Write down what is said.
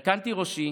הרכנתי ראשי